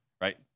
right